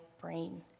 brain